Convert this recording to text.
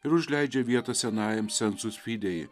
ir užleidžia vietą senajam sensus fidei